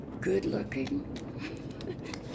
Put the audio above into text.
Good-looking